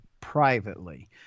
privately